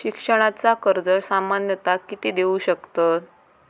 शिक्षणाचा कर्ज सामन्यता किती देऊ शकतत?